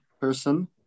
person